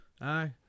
Aye